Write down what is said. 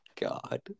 God